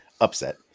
upset